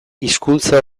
hizkuntza